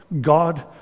God